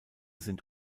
sind